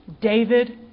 David